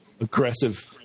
aggressive